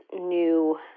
new